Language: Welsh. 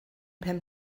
pen